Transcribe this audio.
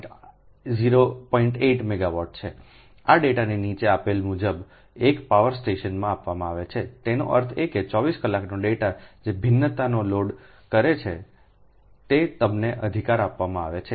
8 megawatt છે આ ડેટાને નીચે આપેલ મુજબ એક પાવર સ્ટેશન આપવામાં આવે છેતેનો અર્થ એ કે 24 કલાકનો ડેટા જે ભિન્નતાને લોડ કરે છે તે તમને અધિકાર આપવામાં આવે છે